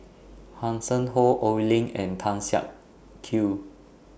Hanson Ho Oi Lin and Tan Siak Kew